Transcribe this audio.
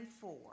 four